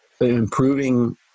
improving